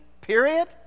period